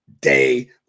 Day